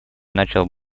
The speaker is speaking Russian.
начал